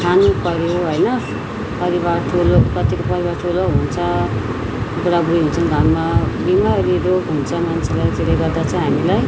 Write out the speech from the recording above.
खानु पर्यो होइन परिवारको ठुलो कतिको परिवार ठुलो हुन्छ बुढा बुढी हुन्छन् घरमा बिमार अनि रोग हुन्छ मान्छेलाई त्यसले गर्दा चाहिँ हामीलाई